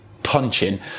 punching